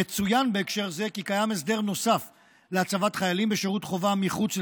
יצוין בהקשר זה כי יש הסדר נוסף להצבת חיילים בשירות חובה מחוץ לצה"ל,